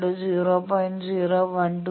0126 j 0